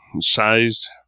sized